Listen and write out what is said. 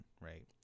right